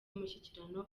y’umushyikirano